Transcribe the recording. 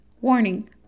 Warning